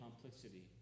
complexity